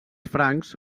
francs